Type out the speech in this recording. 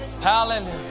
Hallelujah